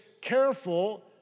careful